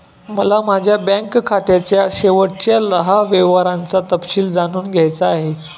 मला माझ्या बँक खात्याच्या शेवटच्या दहा व्यवहारांचा तपशील जाणून घ्यायचा आहे